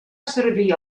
servir